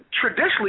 traditionally